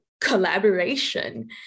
collaboration